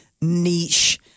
niche